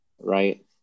right